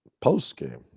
Post-game